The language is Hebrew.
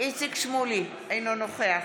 אינו נוכח